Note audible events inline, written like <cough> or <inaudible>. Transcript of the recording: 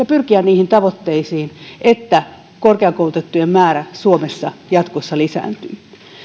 <unintelligible> pyrkiä niihin tavoitteisiin että korkeakoulutettujen määrä suomessa jatkossa lisääntyy